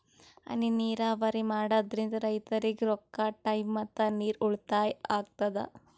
ಹನಿ ನೀರಾವರಿ ಮಾಡಾದ್ರಿಂದ್ ರೈತರಿಗ್ ರೊಕ್ಕಾ ಟೈಮ್ ಮತ್ತ ನೀರ್ ಉಳ್ತಾಯಾ ಆಗ್ತದಾ